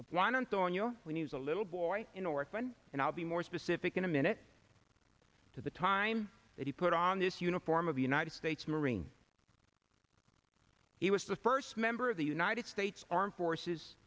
of one and so on you when he was a little boy in orphan and i'll be more specific in a minute to the time that he put on this uniform of the united states marine he was the first member of the united states armed forces